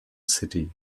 city